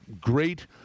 great